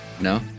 No